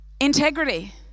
Integrity